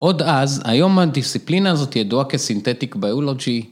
עוד אז היום הדיסציפלינה הזאת ידועה כסינתטיק ביולוגי.